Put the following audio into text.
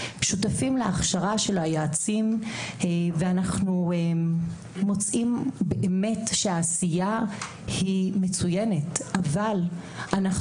שותפים להכשרה של היועצים ואנחנו מוצאים שהעשייה היא מצוינת אבל אנחנו